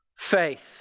Faith